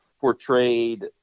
portrayed